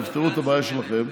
תפתרו את הבעיה שלכם,